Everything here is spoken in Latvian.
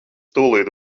tūlīt